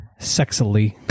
sexily